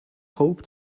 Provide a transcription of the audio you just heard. hope